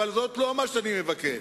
אבל זה לא מה שאני מבקש.